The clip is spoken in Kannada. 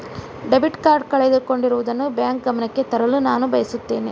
ಡೆಬಿಟ್ ಕಾರ್ಡ್ ಕಳೆದುಕೊಂಡಿರುವುದನ್ನು ಬ್ಯಾಂಕ್ ಗಮನಕ್ಕೆ ತರಲು ನಾನು ಬಯಸುತ್ತೇನೆ